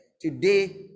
Today